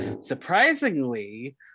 Surprisingly